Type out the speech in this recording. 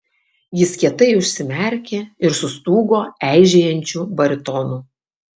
jis kietai užsimerkė ir sustūgo eižėjančiu baritonu